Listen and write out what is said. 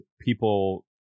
people